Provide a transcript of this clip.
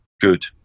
good